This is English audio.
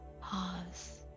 pause